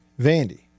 Vandy